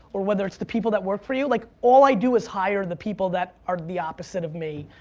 or whether it's the people that work for you, like all i do is hire the people that are the opposite of me,